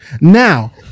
Now